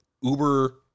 Uber